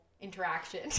interaction